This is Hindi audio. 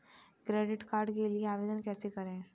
क्रेडिट कार्ड के लिए आवेदन कैसे करें?